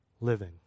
living